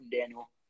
Daniel